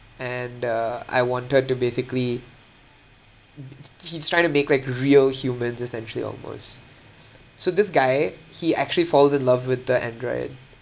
and uh I want her to basically he's trying to make like real humans essentially almost so this guy he actually falls in love with the android